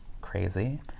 crazy